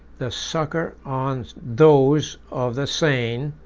the succor on those of the seine,